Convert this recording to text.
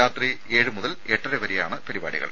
രാത്രി ഏഴ് മുതൽ എട്ടര വരെയാകും പരിപാടികൾ